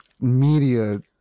media